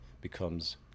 becomes